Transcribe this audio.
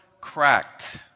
cracked